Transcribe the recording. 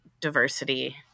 diversity